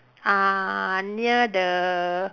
uh near the